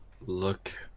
look